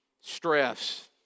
Stress